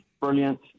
brilliant